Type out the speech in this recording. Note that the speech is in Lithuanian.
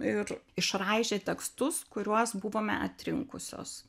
ir išraižė tekstus kuriuos buvome atrinkusios